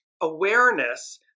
awareness